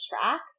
track